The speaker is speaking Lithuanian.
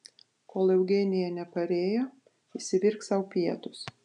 kol eugenija neparėjo išsivirk sau pietus